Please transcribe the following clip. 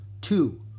Two